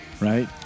right